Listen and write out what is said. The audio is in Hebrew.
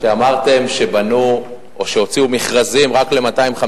כשאמרתם שבנו או שהוציאו מכרזים רק ל-250